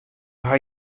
hawwe